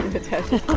natasha.